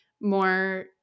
more